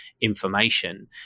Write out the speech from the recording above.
information